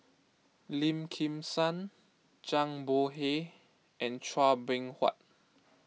Lim Kim San Zhang Bohe and Chua Beng Huat